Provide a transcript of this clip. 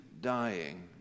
dying